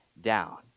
down